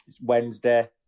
Wednesday